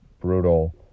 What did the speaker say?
brutal